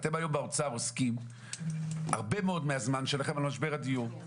אתם היום באוצר עוסקים הרבה מאוד מהזמן שלכם על משבר הדיור,